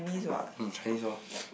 um Chinese hor